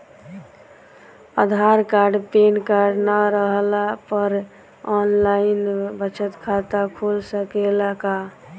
आधार card PAN card न रहला पर आन लाइन बचत खाता खुल सकेला का?